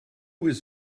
was